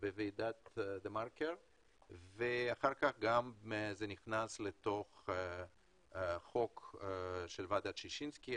בוועידת דה מרקר ואחר כך זה ננס לתוך החוק של ועדת ששינסקי